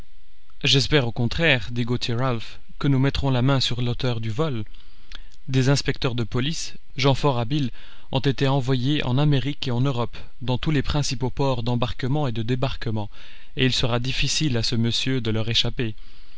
j'espère au contraire dit gauthier ralph que nous mettrons la main sur l'auteur du vol des inspecteurs de police gens fort habiles ont été envoyés en amérique et en europe dans tous les principaux ports d'embarquement et de débarquement et il sera difficile à ce monsieur de leur échapper